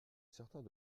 certains